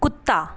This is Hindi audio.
कुत्ता